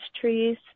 trees